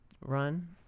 run